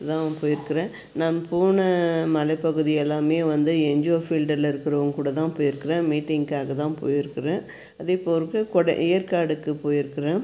அதுதான் போயிருக்கிறேன் நான் போன மலைப்பகுதி எல்லாமே வந்து என்ஜியோ ஃபீல்டில் இருக்கிறவங்க கூடதான் போயிருக்கிறேன் மீட்டிங்க்காகதான் போயிருக்கிறேன் அதே போகிறப்ப கொடை ஏற்காடுக்கு போயிருக்கிறேன்